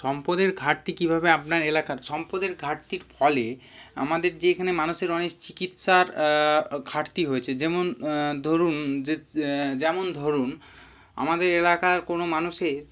সম্পদের ঘাটতি কীভাবে আপনার এলাকার সম্পদের ঘাটতির ফলে আমাদের যে এখানে মানুষের অনেক চিকিৎসার ঘাটতি হয়েছে যেমন ধরুন যে যেমন ধরুন আমাদের এলাকায় কোনও মানুষের